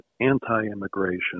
anti-immigration